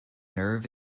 nerve